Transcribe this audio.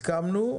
לדבר הזה הסכמנו.